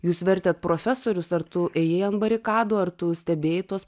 jūs vertėt profesorius ar tu ėjai ant barikadų ar tu stebėjai tuos